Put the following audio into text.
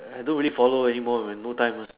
I don't really follow anymore when no time lah